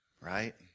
right